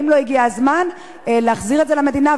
האם לא הגיע הזמן להחזיר את זה למדינה,